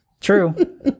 True